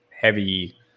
heavy